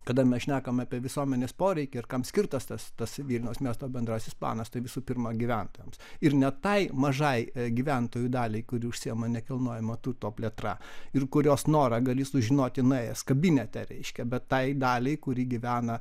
kada mes šnekam apie visuomenės poreikį ir kam skirtas tas tas vilniaus miesto bendrasis planas tai visų pirma gyventojams ir ne tai mažai gyventojų daliai kuri užsiima nekilnojamo turto plėtra ir kurios norą gali sužinoti nuėjęs kabinete reiškia bet tai daliai kuri gyvena